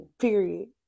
Period